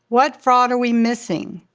what fraud are we missing?